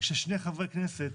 ששני חברי כנסת